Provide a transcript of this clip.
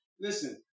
Listen